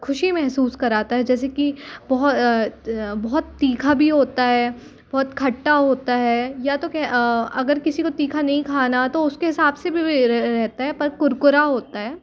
ख़ुशी महसूस कराता है जैसे कि बहुत बहुत तीखा भी होता है बहुत खट्टा होता है या तो अगर किसी को तीखा नहीं खाना तो उसके हिसाब से भी रहता है पर कुरकुरा होता है